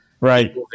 right